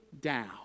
down